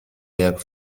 jak